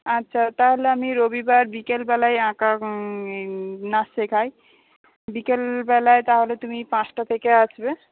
আচ্ছা তাহলে আমি রবিবার বিকেল বেলায় আঁকা নাচ শেখাই বিকেল বেলায় তাহলে তুমি পাঁচটা থেকে আসবে